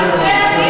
זה מעשה אלים,